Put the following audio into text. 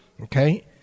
Okay